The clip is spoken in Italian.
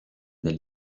del